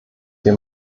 wir